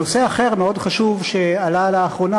נושא אחר מאוד חשוב שעלה לאחרונה,